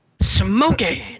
Smoking